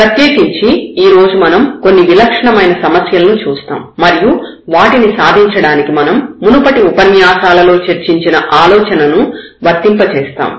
ప్రత్యేకించి ఈరోజు మనం కొన్ని విలక్షణమైన సమస్యలను చూస్తాము మరియు వాటిని సాధించడానికి మనం మునుపటి ఉపన్యాసాలలో చర్చించిన ఆలోచనలను వర్తింపచేస్తాము